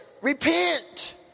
repent